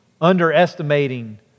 underestimating